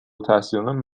التحصیلان